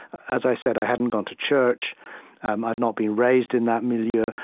as i said, i hadn't gone to church i'd not been raised in that milieu. ah